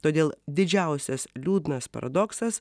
todėl didžiausias liūdnas paradoksas